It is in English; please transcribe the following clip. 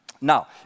Now